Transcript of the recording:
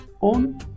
on